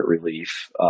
relief